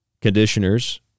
conditioners